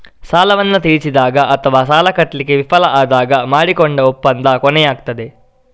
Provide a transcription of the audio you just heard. ಸಾಲವನ್ನ ತೀರಿಸಿದಾಗ ಅಥವಾ ಸಾಲ ಕಟ್ಲಿಕ್ಕೆ ವಿಫಲ ಆದಾಗ ಮಾಡಿಕೊಂಡ ಒಪ್ಪಂದ ಕೊನೆಯಾಗ್ತದೆ